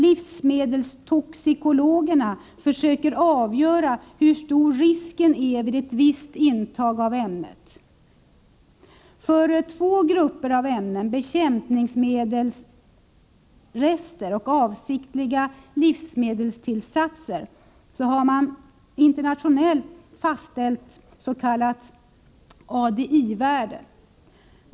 Livsmedelstoxikologerna försöker avgöra hur stor risken är vid ett visst intag av ämnet. För två grupper av ämnen — bekämpningsmedelsrester och avsiktliga livsmedelstillsatser — har man internationellt fastställt s.k. ADI-värden.